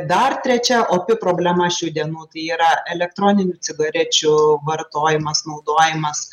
dar trečia opi problema šių dienų tai yra elektroninių cigarečių vartojimas naudojimas